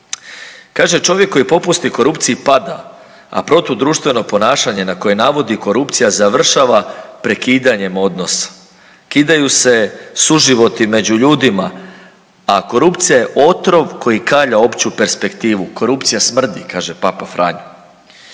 Kaže, „čovjek koji popusti korupciji pada, a protudruštveno ponašanje na koje navodi korupcija završava prekidanjem odnosa. Kidaju se suživoti među ljudima, a korupcija je otrov koji kalja opću perspektivu. Korupcija smrdi!“, kaže Papa Franjo.